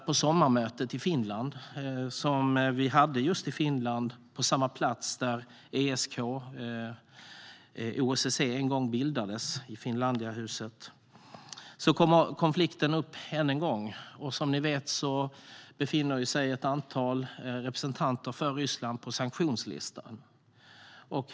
På sommarmötet i Finland - ett möte som ägde rum på den plats där ESK, alltså OSSE, en gång bildades, nämligen i Finlandiahuset - kom konflikten upp ännu en gång. Som ni vet befinner sig ett antal representanter för Ryssland på sanktionslistan.